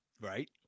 right